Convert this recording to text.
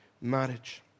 marriage